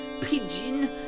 pigeon